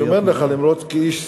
אני אומר לך, כאיש סביבה,